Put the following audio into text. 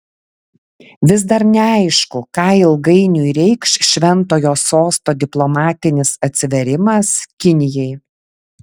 vis dar neaišku ką ilgainiui reikš šventojo sosto diplomatinis atsivėrimas kinijai